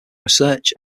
research